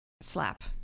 slap